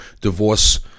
divorce